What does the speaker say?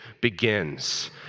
begins